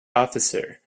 officer